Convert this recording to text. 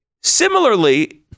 Similarly